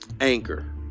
Anchor